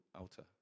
altar